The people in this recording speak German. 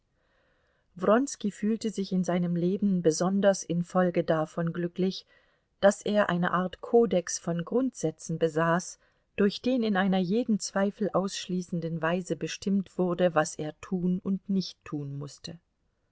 wronski fühlte sich in seinem leben besonders infolge davon glücklich daß er eine art kodex von grundsätzen besaß durch den in einer jeden zweifel ausschließenden weise bestimmt wurde was er tun und nicht tun mußte